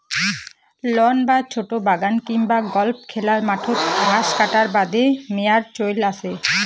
loan বা ছোট বাগান কিংবা গল্ফ খেলার মাঠত ঘাস কাটার বাদে মোয়ার চইল আচে